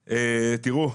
תראו,